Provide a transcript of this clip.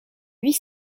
huit